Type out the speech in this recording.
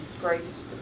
Grace